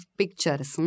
pictures